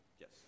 Yes